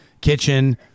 Kitchen